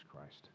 Christ